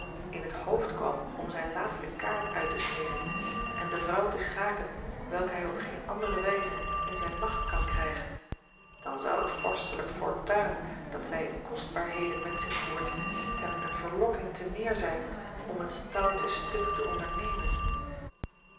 in het hoofd kwam om zijn laatste kaart uit te spelen en de vrouw te schaken welke hij op geene andere wijze in zijne macht kan krijgen dan zou het vorstelijk fortuin dat zij in kostbaarheden met zich voert hem eene verlokking te meer zijn om het stoute stuk te ondernemen